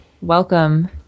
welcome